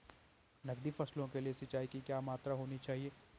नकदी फसलों के लिए सिंचाई की क्या मात्रा होनी चाहिए?